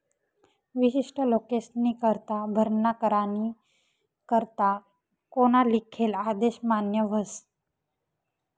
विशिष्ट लोकेस्नीकरता भरणा करानी करता कोना लिखेल आदेश मान्य व्हस